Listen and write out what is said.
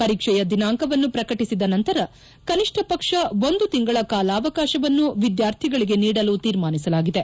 ಪರೀಕ್ಷೆಯ ದಿನಾಂಕವನ್ನು ಪ್ರಕಟಿಸಿದ ನಂತರ ಕನಿಷ್ಠ ಪಕ್ಷ ಒಂದು ತಿಂಗಳ ಕಾಲಾವಕಾಶವನ್ನು ವಿದ್ಯಾರ್ಥಿಗಳಿಗೆ ನೀಡಲು ತೀರ್ಮಾನಿಸಲಾಗಿದೆ